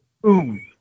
Boom